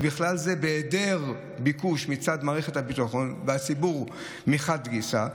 ובכלל זה היעדר ביקוש מצד מערכת הביטחון והציבור מחד גיסא",